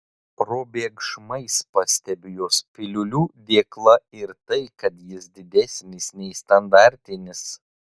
probėgšmais pastebiu jos piliulių dėklą ir tai kad jis didesnis nei standartinis